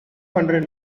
hundred